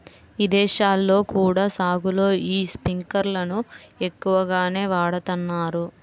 ఇదేశాల్లో కూడా సాగులో యీ స్పింకర్లను ఎక్కువగానే వాడతన్నారు